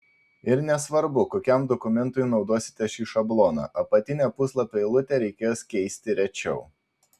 ir nesvarbu kokiam dokumentui naudosite šį šabloną apatinę puslapio eilutę reikės keisti rečiau